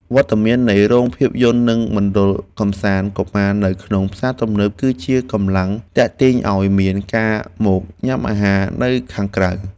វត្តមាននៃរោងភាពយន្តនិងមណ្ឌលកម្សាន្តកុមារនៅក្នុងផ្សារទំនើប គឺជាកម្លាំងទាក់ទាញឱ្យមានការមកញ៉ាំអាហារនៅខាងក្រៅ។